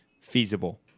feasible